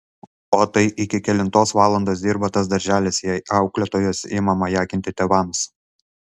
o tai iki kelintos valandos dirba tas darželis jei auklėtojos ima majakinti tėvams